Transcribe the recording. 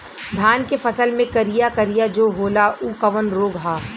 धान के फसल मे करिया करिया जो होला ऊ कवन रोग ह?